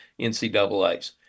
NCAAs